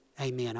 Amen